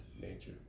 nature